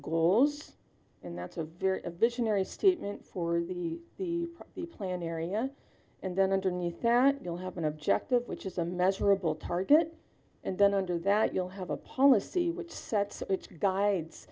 goals and that's a very visionary statement for the the the plan area and then underneath that you'll have an objective which is a measurable target and then under that you'll have a policy which sets which guides